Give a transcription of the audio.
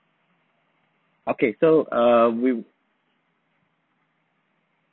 okay so err we'll